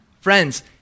Friends